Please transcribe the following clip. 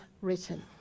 written